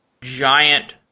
giant